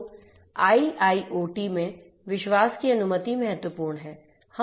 तो आईआईओटी में विश्वास की अनुमति महत्वपूर्ण है